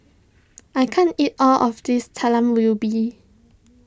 I can't eat all of this Talam Ubi